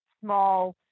small